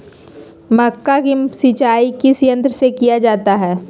मक्का की सिंचाई किस यंत्र से किया जाता है?